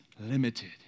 limited